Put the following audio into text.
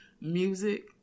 music